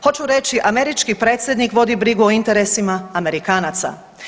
Hoću reći američki predsjednik vodi brigu o interesima Amerikanaca.